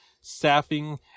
staffing